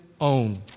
own